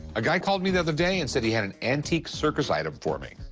a guy called me the other day and said he had an antique circus item for me.